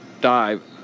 dive